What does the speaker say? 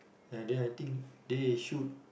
ya then I think they should